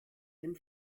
dem